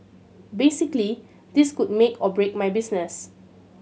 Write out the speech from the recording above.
basically this could make or break my business